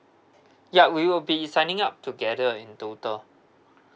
ya we will be signing up together in total